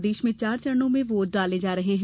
प्रदेश में चार चरणों में वोट डाले जा रहे हैं